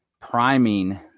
priming